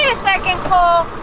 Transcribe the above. ah second cole!